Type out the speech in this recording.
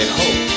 hope